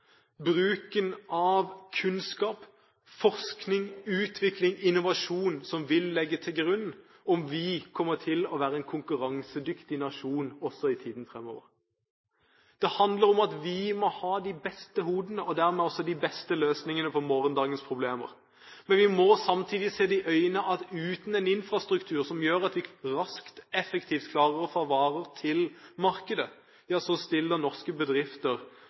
bruken av kunnskap, forskning, utvikling og innovasjon som vil legge grunnlaget for om vi kommer til å være en konkurransedyktig nasjon også i tiden fremover. Det handler om at vi må ha de beste hodene, og dermed også de beste løsningene på morgendagens problemer. Men vi må samtidig se i øynene at uten en infrastruktur som gjør at vi raskt og effektivt klarer å få varer til markedet, ja så stiller norske bedrifter